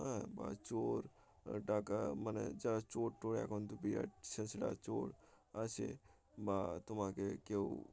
হ্যাঁ বা চোর ডাকাত মানে যা চোর টোর এখন তো বিরাট ছেঁচরা চোর আছেে বা তোমাকে কেউ